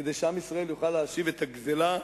כדי שעם ישראל יוכל להשיב את הגזלה,